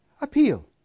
appeal